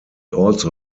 also